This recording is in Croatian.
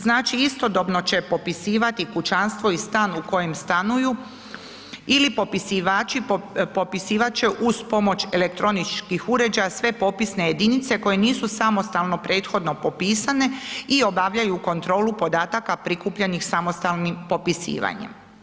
Znači istodobno će popisivati kućanstvo i stan u kojem stanuju ili popisivači popisivat će uz pomoć elektroničkih uređaja sve popisne jedinice koje nisu samostalno prethodno popisane i obavljaju kontrolu podataka prikupljenih samostalnim popisivanjem.